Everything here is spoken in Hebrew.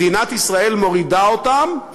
מדינת ישראל מורידה אותם,